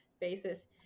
basis